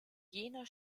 jener